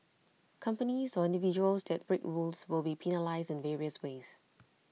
companies or individuals that break rules will be penalised in various ways